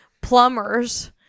plumbers